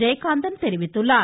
ஜெயகாந்தன் தெரிவித்துள்ளார்